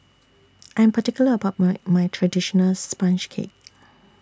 I'm particular about My My Traditional Sponge Cake